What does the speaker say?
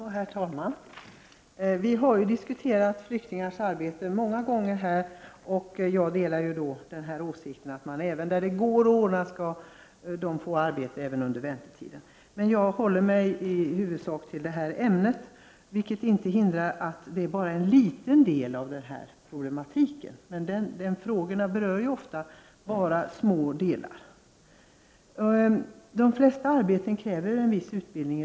Herr talman! Vi har diskuterat flyktingars arbete många gånger, och jag delar åsikten att de där det går att ordna skall få arbete även under väntetiden. Jag skall hålla mig i huvudsak till detta ämne, även om det bara är en liten del av problematiken — de här frågorna berör ofta bara små delar. De flesta arbeten kräver i dag en viss utbildning.